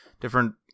different